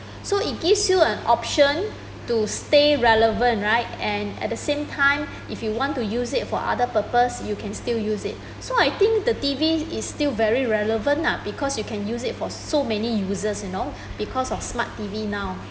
so it gives you an option to stay relevant right and at the same time if you want to use it for other purpose you can still use it so I think the T_V is still very relevant nah because you can use it for so many uses you know because of smart T_V now